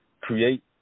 create